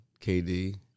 KD